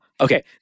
Okay